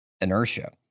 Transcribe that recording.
inertia